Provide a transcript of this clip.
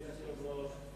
אדוני היושב-ראש,